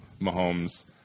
Mahomes